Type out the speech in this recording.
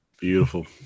Beautiful